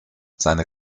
seine